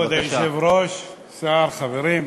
כבוד היושב-ראש, שר, חברים,